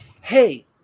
Hey